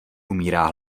umírá